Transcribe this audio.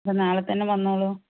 നാളെ തന്നെ വന്നോളൂ